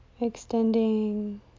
extending